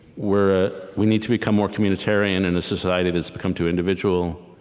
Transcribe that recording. where ah we need to become more communitarian in a society that has become too individual.